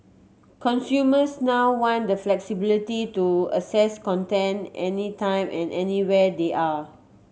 consumers now want the flexibility to access content any time and anywhere they are